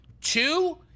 two